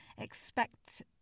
expect